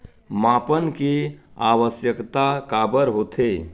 मापन के आवश्कता काबर होथे?